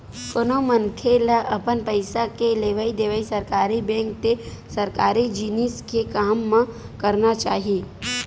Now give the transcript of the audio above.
कोनो मनखे ल अपन पइसा के लेवइ देवइ सरकारी बेंक ते सरकारी जिनिस के काम म करना चाही